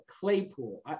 Claypool